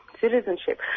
citizenship